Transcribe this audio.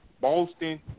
Boston